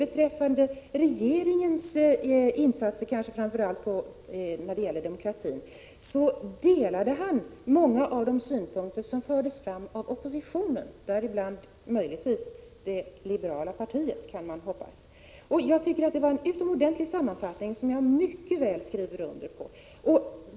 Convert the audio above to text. Beträffande regeringens insatser, kanske framför allt när det gäller demokratin, delade han många av de synpunkter som förts fram av oppositionen, däribland möjligtvis det liberala partiet, kan man hoppas. Jag tycker att det var en utomordentlig sammanfattning, som jag mycket väl kan skriva under.